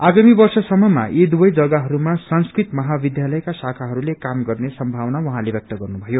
आगामी वर्ष सम्ममा यी दुवै जगहहरूमा संस्कृत महाविध्यालयका शाखाहरूले काम गर्ने संभावना उहाँले व्यक्त गर्नुभयो